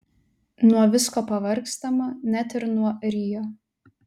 nuo visko pavargstama net ir nuo rio